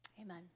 Amen